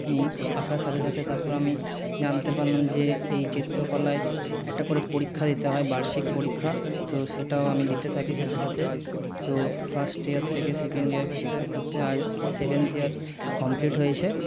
এই আঁকার সাথে সাথে তারপর আমি জানতে পারলাম যে এই চিত্রকলায় একটা করে পরীক্ষা দিতে হয় বার্ষিক পরীক্ষা তো সেটাও আমি দিতে থাকি সাথে সাথে তো ফার্স্ট ইয়ার থেকে সেকেন্ড ইয়ার করতে করতে আজ সেভেন্থ ইয়ার কমপ্লিট হয়েছে